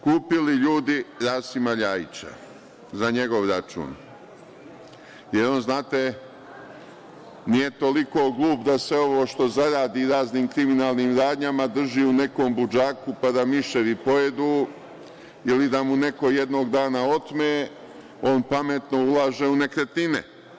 Kupili ljudi Rasima Ljajića za njegov račun, jer on, znate, nije toliko glup da sve ovo što zaradi raznim kriminalnim radnjama drži u nekom budžaku, pa da miševi pojedu ili da mu neko jednog dana otme, on pametno ulaže u nekretnine.